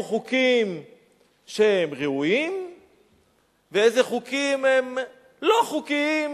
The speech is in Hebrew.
חוקים שהם ראויים ואיזה חוקים הם לא חוקיים.